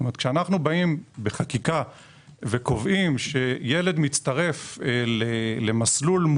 כשאנחנו קובעים בחקיקה שילד מצטרף למסלול עם